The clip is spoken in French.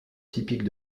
typique